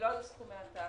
לא היו סכומי עתק.